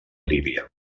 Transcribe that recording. líbia